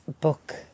book